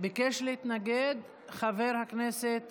חבר הכנסת